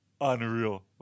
unreal